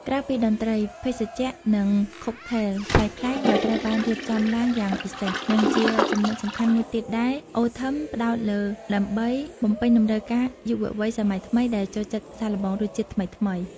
ក្រៅពីតន្ត្រី ភេសជ្ជៈ និង ខុកថេល ប្លែកៗ ក៏ត្រូវបានរៀបចំឡើងយ៉ាងពិសេស និងជាចំណុចសំខាន់មួយទៀតដែល អូ ថឹម ផ្ដោតលើ ដើម្បីបំពេញតម្រូវការយុវវ័យសម័យថ្មីដែលចូលចិត្តសាកល្បងរសជាតិថ្មីៗ។